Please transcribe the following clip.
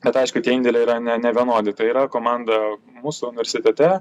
bet aišku tie indėliai yra ne nevienodi tai yra komanda mūsų unversitete